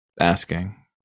asking